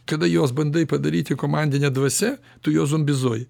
kada juos bandai padaryti komandine dvasia tu juos zombizuoji